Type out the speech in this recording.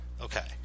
Okay